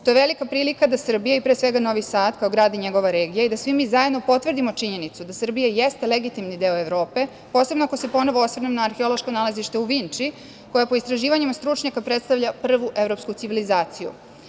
To je velika prilika da Srbija, i pre svega Novi Sad, kao grad i njegova regija, i da svi mi zajedno potvrdimo činjenicu da Srbija jeste legitimni deo Evrope, posebno ako se ponovo osvrnem na arheološko nalazište u Vinči, koje po istraživanjima stručnjaka predstavlja prvu evropsku civilizaciju.